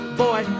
boy